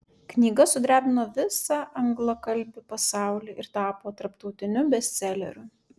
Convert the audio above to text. knyga sudrebino visą anglakalbį pasaulį ir tapo tarptautiniu bestseleriu